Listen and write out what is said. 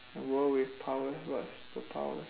world with powers what's superpowers